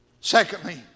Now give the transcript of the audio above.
Secondly